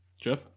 Jeff